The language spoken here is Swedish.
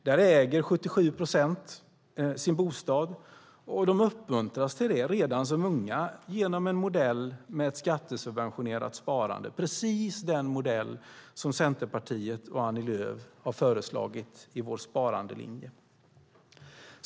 I Norge äger 77 procent sin bostad och de uppmuntras till det redan som unga genom en modell med ett skattesubventionerat sparande - precis den modell som Centerpartiet och Annie Lööf har föreslagit i vår sparandelinje.